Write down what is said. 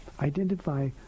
identify